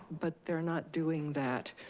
but they're not doing that.